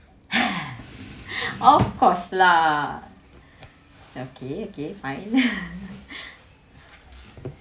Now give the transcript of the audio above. of course lah okay okay fine